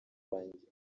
banjye